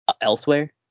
elsewhere